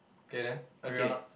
okay then carry on ah